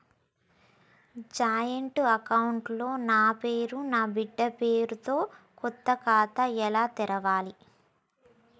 Joint account లో నా పేరు నా బిడ్డే పేరు తో కొత్త ఖాతా ఎలా తెరవాలి?